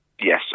Yes